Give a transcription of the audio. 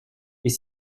est